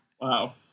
Wow